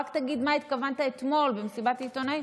רק תגיד מה התכוונת אתמול במסיבת העיתונאים.